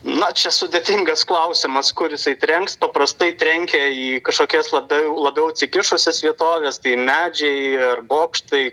na čia sudėtingas klausimas kur jisai trenks paprastai trenkia į kažkokias labiau labiau atsikišusias vietoves tai medžiai ir bokštai